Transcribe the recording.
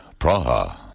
Praha